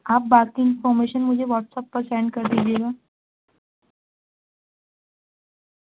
آپ باقی انفارمیشن مجھے واٹسیپ پر سینڈ کر دیجیے گا